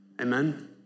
Amen